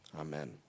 amen